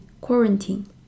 Quarantine